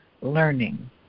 learning